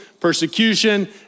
persecution